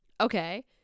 Okay